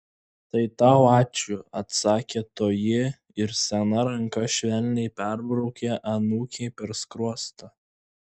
tai tau ačiū atsakė toji ir sena ranka švelniai perbraukė anūkei per skruostą